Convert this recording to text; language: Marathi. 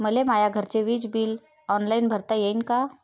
मले माया घरचे विज बिल ऑनलाईन भरता येईन का?